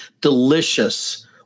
delicious